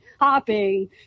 hopping